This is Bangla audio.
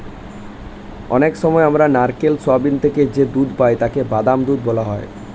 অনেক সময় আমরা নারকেল, সোয়াবিন থেকে যে দুধ পাই তাকে বাদাম দুধ বলা হয়